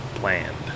bland